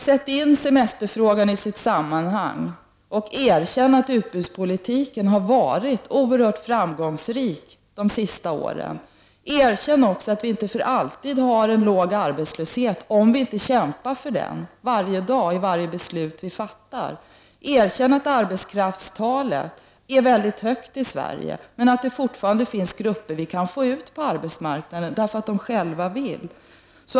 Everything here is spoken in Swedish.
Sätt in semesterfrågan i sitt rätta sammanhang och erkänn att utbudspolitiken har varit oerhört framgångsrik de senaste åren. Erkänn också att vi inte alltid kommer att ha en låg arbetslöshet om vi inte kämpar för den varje dag och i varje beslut som vi fattar här. Erkänn att arbetskraftstalet är mycket högt i Sverige, men att det fortfarande finns grupper som bör få komma ut på arbetsmarknaden därför att de själva vill det.